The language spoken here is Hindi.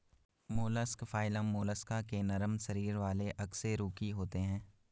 मोलस्क फाइलम मोलस्का के नरम शरीर वाले अकशेरुकी होते हैं